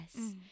yes